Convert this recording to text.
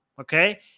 okay